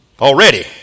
already